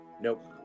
Nope